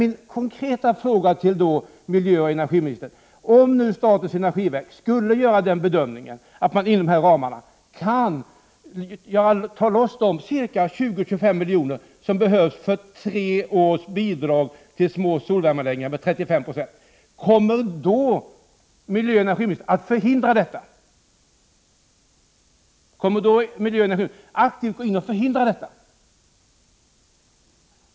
Min konkreta fråga till miljöoch energiministern är: Om statens energiverk gör bedömningen att man inom de här ramarna kan ta loss de 20-25 milj.kr. som behövs för tre års bidrag till små solvärmeanläggningar med 35 26, kommer då miljöoch energiministern att förhindra detta?